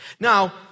Now